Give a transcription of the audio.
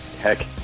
heck